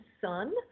son